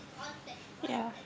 ya